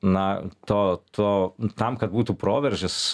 na to to tam kad būtų proveržis